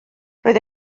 roedd